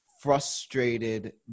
frustrated